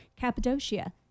Cappadocia